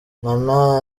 nkana